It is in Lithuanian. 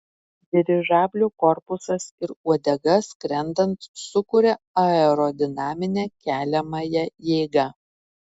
dirižablio korpusas ir uodega skrendant sukuria aerodinaminę keliamąją jėgą